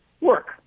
work